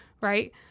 Right